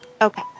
Okay